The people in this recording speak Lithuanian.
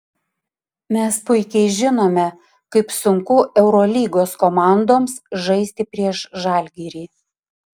mes puikiai žinome kaip sunku eurolygos komandoms žaisti prieš žalgirį